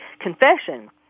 confession